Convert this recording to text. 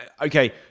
okay